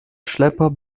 schlepper